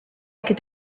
could